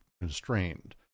constrained